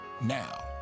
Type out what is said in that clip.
Now